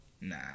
Nah